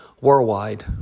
worldwide